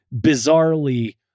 bizarrely